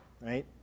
right